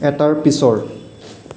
এটাৰ পিছৰ